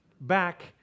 back